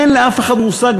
אין לאף אחד מושג,